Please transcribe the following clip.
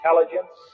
intelligence